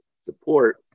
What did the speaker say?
support